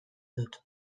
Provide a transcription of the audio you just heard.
dut